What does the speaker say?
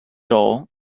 door